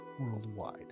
worldwide